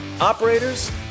operators